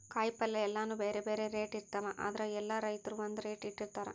ಕಾಯಿಪಲ್ಯ ಎಲ್ಲಾನೂ ಬ್ಯಾರೆ ಬ್ಯಾರೆ ರೇಟ್ ಇರ್ತವ್ ಆದ್ರ ಎಲ್ಲಾ ರೈತರ್ ಒಂದ್ ರೇಟ್ ಇಟ್ಟಿರತಾರ್